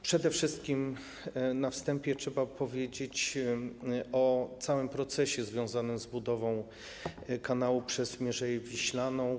Przede wszystkim na wstępie trzeba opowiedzieć o całym procesie związanym z budową kanału przez Mierzeję Wiślaną.